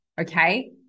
okay